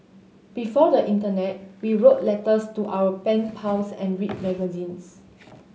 before the internet we wrote letters to our pen pals and read magazines